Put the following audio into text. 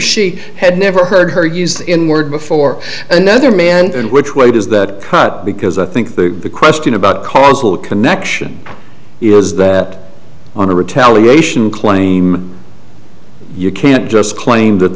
she had never heard her use in word before another man and which way does that cut because i think the question about causal connection is that on a retaliation claim you can't just claim that